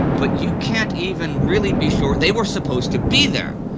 but you can't even really be sure they were supposed to be there.